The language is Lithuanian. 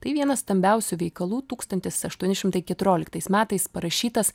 tai vienas stambiausių veikalų tūkstantis aštuoni šimtai keturioliktais metais parašytas